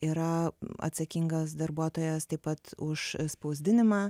yra atsakingas darbuotojas taip pat už spausdinimą